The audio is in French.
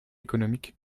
économique